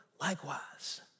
likewise